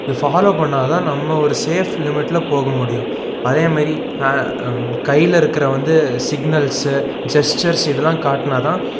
இதை ஃபாலோ பண்ணால்தான் நம்ம ஒரு சேஃப் லிமிட்டில் போக முடியும் அதே மாதிரி கையில இருக்கிற வந்து சிக்னல்ஸு ஜெஸ்டர்ஸ் இதெல்லாம் காட்டினா தான்